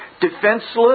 defenseless